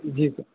جی سر